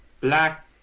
black